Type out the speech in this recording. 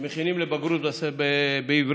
שמכינים לבגרות בעברית